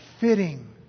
fitting